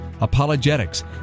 apologetics